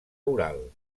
oral